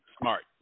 smart